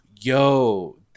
Yo